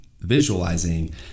visualizing